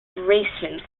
racemes